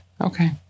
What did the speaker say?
okay